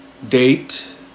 date